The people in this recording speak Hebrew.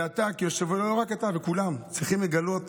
ואתה כיושב-ראש, לא רק אתה, כולם צריכים לגלות